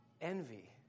envy